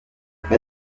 pas